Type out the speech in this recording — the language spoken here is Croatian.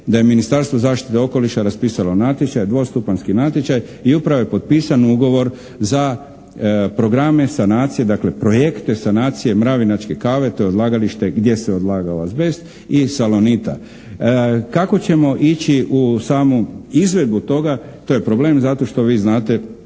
da je Ministarstvo zaštite okoliša raspisalo natječaj, dvostupanjski natječaj i upravo je potpisan ugovor za programe sanacije, dakle projekte sanacije …/Govornik se ne razumije./…, to je odlagalište gdje se odlagao azbest i salonita. Kako ćemo ići u samu izvedbu toga to je problem zato što vi znate